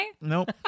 Nope